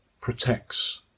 protects